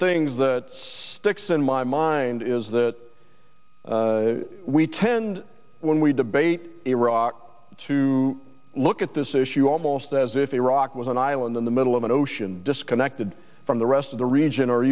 things that sticks in my mind is that we tend when we debate iraq to look at this issue almost as if iraq was an island in the middle of an ocean disconnected from the rest of the region or